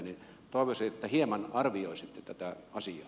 toivoisin että hieman arvioisitte tätä asiaa